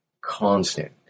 constant